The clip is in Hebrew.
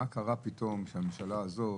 מה קרה פתאום שהממשלה הזאת,